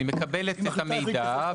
היא מקבלת את המידע,